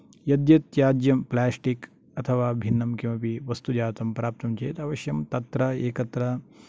यत् यत् त्याज्यं प्लास्टिक् अथवा भिन्नं किमपि वस्तूजातं प्राप्तं चेत् अवश्यम् तत्र एकत्र